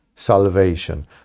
salvation